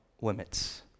limits